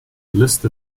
list